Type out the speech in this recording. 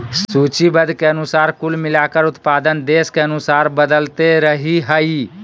सूचीबद्ध के अनुसार कुल मिलाकर उत्पादन देश के अनुसार बदलते रहइ हइ